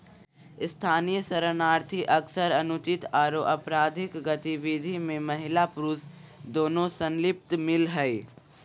स्थानीय शरणार्थी अक्सर अनुचित आरो अपराधिक गतिविधि में महिला पुरुष दोनों संलिप्त मिल हई